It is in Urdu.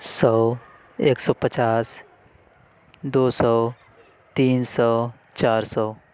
سو ایک سو پچاس دو سو تین سو چار سو